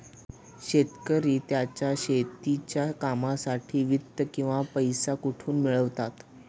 शेतकरी त्यांच्या शेतीच्या कामांसाठी वित्त किंवा पैसा कुठून मिळवतात?